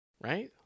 right